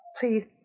Please